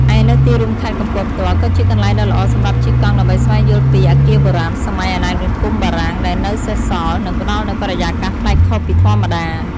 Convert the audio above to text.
ឯ នៅទីរួមខេត្តកំពតផ្ទាល់ក៏ជាកន្លែងដ៏ល្អសម្រាប់ជិះកង់ដើម្បីស្វែងយល់ពី អគារបុរាណសម័យអាណានិគមបារាំង ដែលនៅសេសសល់ និងផ្តល់នូវបរិយាកាសប្លែកខុសពីធម្មតា។